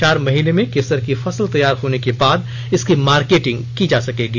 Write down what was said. चार महीने में केसर की फसल तैयार होने के बाद इसकी मार्केटिंग की जा सकेगी